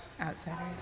Outsiders